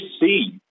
see